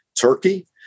Turkey